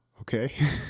Okay